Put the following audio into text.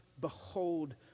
behold